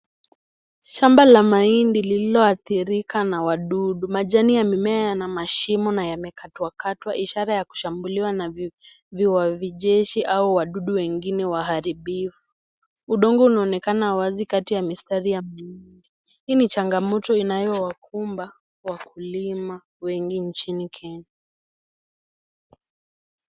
Shamba la mahindi lililoadhirika na wadudu , majani ya mimea yana mashimo na yamekatwakatwa ishara ya kushambuliwa na viwazi jeshi au wadudu wengine waharibifu . Udongo unaonekana wazi kati ya mistari ya mahindi , hii ni changamoto inayowakumba wakulima wengi nchini Kenya.